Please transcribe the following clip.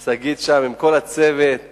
שגית, עם כל הצוות המעולה,